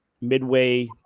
midway